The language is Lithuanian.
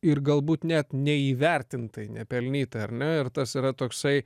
ir galbūt net neįvertintai nepelnytai ar ne ir tas yra toksai